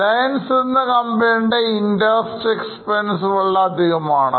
Reliance എന്ന കമ്പനിയുടെ Interest expenses വളരെയധികമാണ്